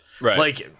Right